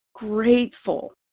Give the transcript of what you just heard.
Grateful